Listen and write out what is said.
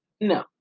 No